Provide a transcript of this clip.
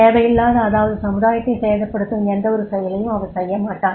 தேவையில்லாத அதாவது சமுதாயத்தை சேதப்படுத்தும் எந்தவொரு செயலையும் அவர் செய்ய மாட்டார்